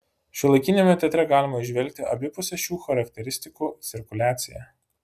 šiuolaikiniame teatre galima įžvelgti abipusę šių charakteristikų cirkuliaciją